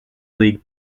league